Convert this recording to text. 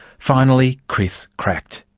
finally, chris cracked.